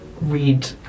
read